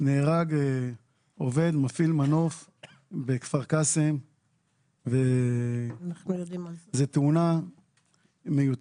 נהרג עובד מפעיל מנוף בכפר קאסם וזו תאונה מיותרת.